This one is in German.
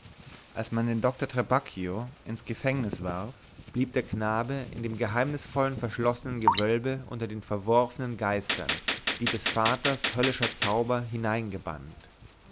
als man den doktor trabacchio ins gefängnis warf blieb der knabe in dem geheimnisvollen verschlossenen gewölbe unter den verworfenen geistern die des vaters höllischer zauber